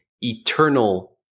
eternal